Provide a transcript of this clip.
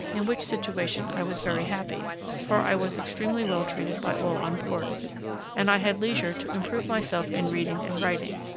in which situation i was very happy for i was extremely well treated by all on board and i had leisure to improve myself in reading and writing.